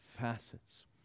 facets